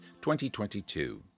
2022